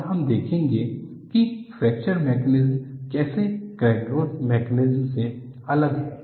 और हम देखेंगे कि फ्रैक्चर मैकेनिज्मस कैसे क्रैक ग्रोथ मैकेनिज्मस से अलग हैं